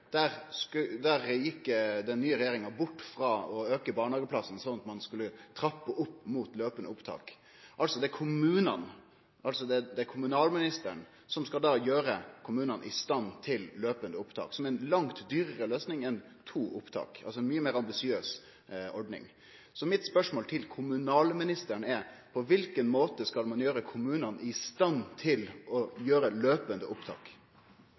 Der gjekk den nye regjeringa bort frå å auke talet på barnehageplassar, slik at ein skulle trappe opp mot løpande opptak. Det er kommunalministeren som skal gjere kommunane i stand til å ha løpande opptak, som er ei langt dyrare løysing enn å ha to opptak, altså ei mykje meir ambisiøs ordning. Mitt spørsmål til kommunalministeren er: På kva måte skal ein gjere kommunane i stand til å ha løpande opptak?